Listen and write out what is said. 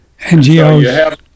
NGOs